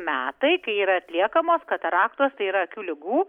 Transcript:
metai kai yra atliekamos kataraktos tai yra akių ligų